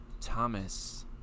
Thomas